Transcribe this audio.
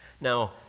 now